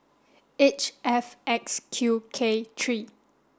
H F X Q K three